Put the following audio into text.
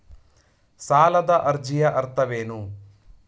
ಸಾಲದ ಅರ್ಜಿಯ ಅರ್ಥವೇನು?